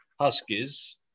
huskies